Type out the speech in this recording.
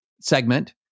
segment